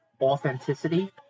authenticity